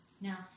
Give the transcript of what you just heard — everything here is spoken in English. Now